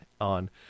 on